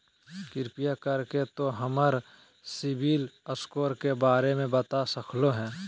कृपया कर के तों हमर सिबिल स्कोर के बारे में बता सकलो हें?